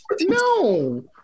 No